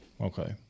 Okay